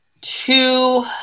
two